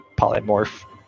polymorph